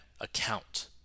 account